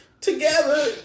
together